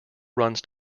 runs